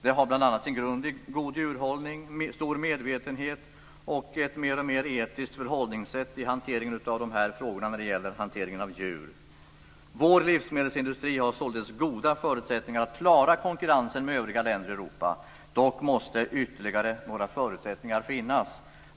Det har bl.a. sin grund i god djurhållning, stor medvetenhet och ett mer och mer etiskt förhållningssätt till hanteringen av djur. Vår livsmedelsindustri har således goda förutsättningar att klara konkurrensen med övriga länder i Europa. Dock måste ytterligare några förutsättningar finnas.